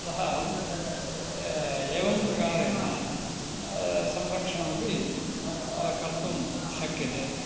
अतः एवं प्रकारेण संरक्षणमपि कर्तुं शक्यते